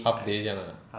half day 这样 lah